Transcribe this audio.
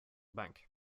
bank